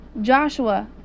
Joshua